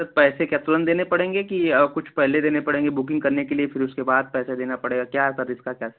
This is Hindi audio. सर पैसे क्या तुरंत देने पड़ेंगे कि कुछ पहले देने पड़ेंगे बुकिंग करने के लिए फिर उसके बाद पैसा देना पड़ेगा क्या है सर इसका क्या